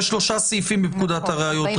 יש שלושה סעיפים בפקודת הראיות,